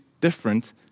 different